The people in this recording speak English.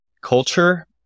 culture